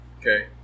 Okay